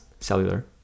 cellular